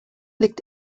liegt